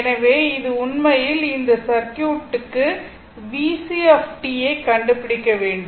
எனவே இது உண்மையில் இந்த சர்க்யூட்க்கு VCt ஐக் கண்டுபிடிக்க வேண்டும்